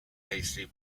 hasty